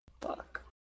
Fuck